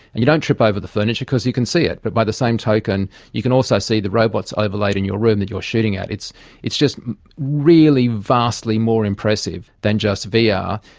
you don't trip over the furniture because you can see it but by the same token you can also see the robots overlaid in your room that you are shooting at. it's it's just really vastly more impressive than just vr. yeah